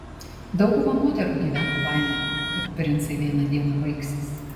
dauguma moterų gyvena baime kad princai vieną dieną baigsis